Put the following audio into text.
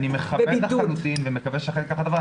אני מכבד לחלוטין ומקווה שאכן כך הדבר.